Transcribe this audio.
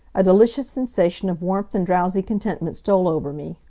a delicious sensation of warmth and drowsy contentment stole over me.